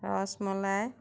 rasmalai